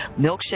Milkshake